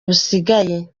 busigaye